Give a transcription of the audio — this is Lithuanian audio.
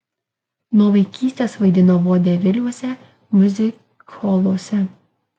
nuo vaikystės vaidino vodeviliuose miuzikholuose